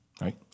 right